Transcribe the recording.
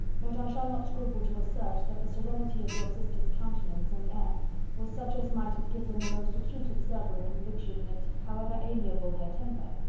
but i shall not scruple to assert, that the serenity of your sister's countenance and air was such as might have given the most acute observer a conviction that, however amiable her temper,